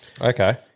Okay